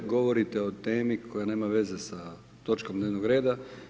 Govorite o temi koja nema veze sa točkom dnevnog reda.